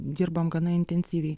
dirbam gana intensyviai